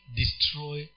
destroy